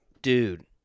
Dude